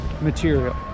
material